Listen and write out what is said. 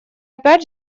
опять